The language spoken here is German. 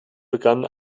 begann